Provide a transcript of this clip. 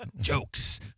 Jokes